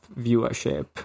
viewership